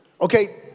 okay